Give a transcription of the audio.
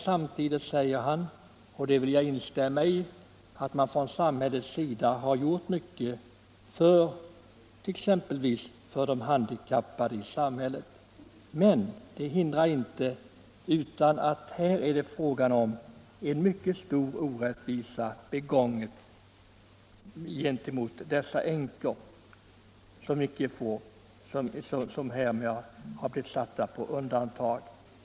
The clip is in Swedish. Samtidigt säger han — och det vill jag instämma i — att samhället gjort mycket för exempelvis de handikappade. Det hindrar inte att det här är fråga om en mycket stor orättvisa gentemot dessa änkor, som därigenom har blivit satta på undantag.